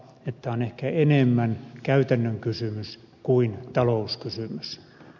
tämä on ehkä enemmän käytännön kysymys kuin talouskysymys